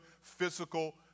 physical